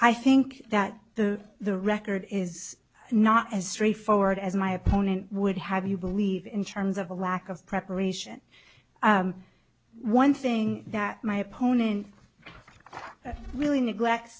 i think that the the record is not as straightforward as my opponent would have you believe in terms of a lack of preparation one thing that my opponent really neglect